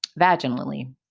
vaginally